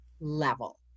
level